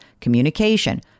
communication